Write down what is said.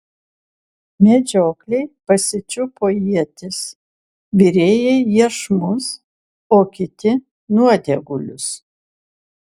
medžiokliai pasičiupo ietis virėjai iešmus o kiti nuodėgulius